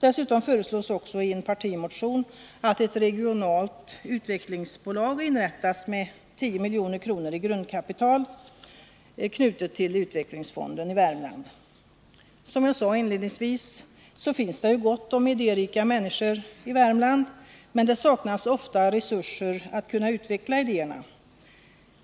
Dessutom föreslås i en partimotion att ett regionalt utvecklingsbolag inrättas med 10 milj.kr. i grundkapital, knutet till utvecklingsfonden i Som jag inledningsvis sade finns det gott om idérika människor i Värmland, men det saknas ofta resurser att kunna utveckla idéerna.